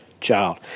child